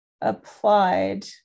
applied